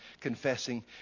confessing